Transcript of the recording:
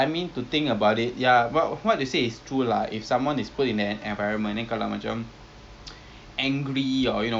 ya but I think we just be very careful like you want to visit all of these places and I think now because we are in lock down and all there's nothing much we can do so